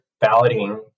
balloting